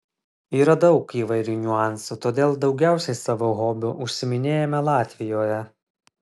yra daug įvairių niuansų todėl daugiausiai savo hobiu užsiiminėjame latvijoje